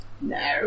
No